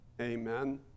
Amen